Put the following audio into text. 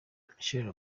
michelle